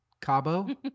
Cabo